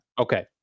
Okay